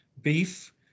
beef